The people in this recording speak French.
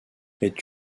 est